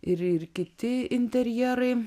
ir ir kiti interjerai